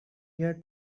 here